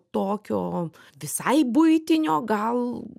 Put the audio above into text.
tokio visai buitinio gal